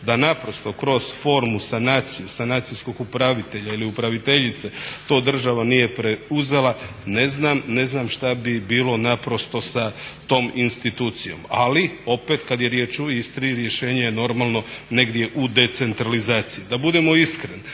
Da naprosto kroz formu sanacije, sanacijskog upravitelja ili upraviteljice to država nije preuzela ne znam što bi bilo naprosto sa tom institucijom. Ali, opet kad je riječ o Istri rješenje je normalno negdje u decentralizaciji. Da budem iskren